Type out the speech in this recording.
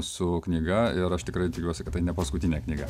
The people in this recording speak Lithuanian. su knyga ir aš tikrai tikiuosi kad tai ne paskutinė knyga